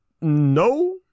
no